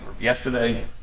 yesterday